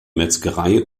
metzgerei